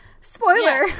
spoiler